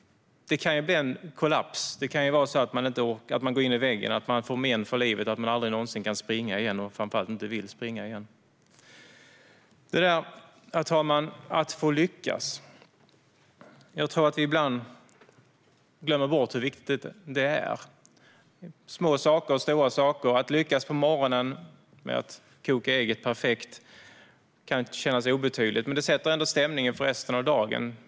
Det kan bli en kollaps. Det kan bli att man går in i väggen, får men för livet och aldrig någonsin kan springa igen och framför allt inte vill springa igen. Herr talman! När det gäller det här med att få lyckas tror jag att vi ibland glömmer bort hur viktigt det är. Det kan vara små saker, och det kan vara stora saker. Att lyckas på morgonen med att koka ägget perfekt kan verka obetydligt, men det sätter ändå stämningen för resten av dagen.